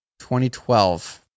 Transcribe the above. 2012